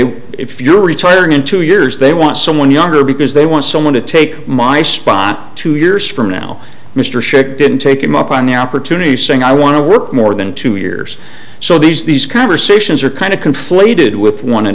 they if you're retiring in two years they want someone younger because they want someone to take my spot two years from now mr shit didn't take him up on the opportunity saying i want to work more than two years so these these conversations are kind of conflated with one